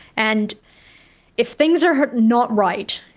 and if things are not right,